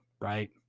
right